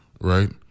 right